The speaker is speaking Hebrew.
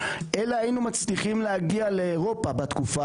אלא היינו מצליחים להגיע לאירופה בתקופה